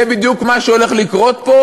זה בדיוק מה שהולך לקרות פה,